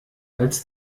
als